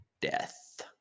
death